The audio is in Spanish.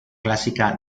clásica